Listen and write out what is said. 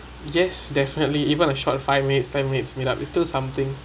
yes definitely even a short five minutes ten minutes meet up it's still something